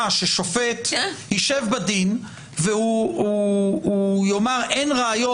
ששופט ישב בדין והוא יאמר: אין ראיות,